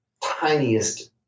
tiniest